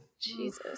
Jesus